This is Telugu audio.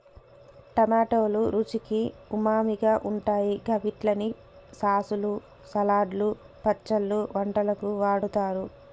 టమాటోలు రుచికి ఉమామిగా ఉంటాయి గవిట్లని సాసులు, సలాడ్లు, పచ్చళ్లు, వంటలకు వాడుతరు